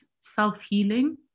self-healing